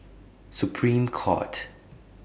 Supreme Court